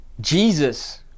Jesus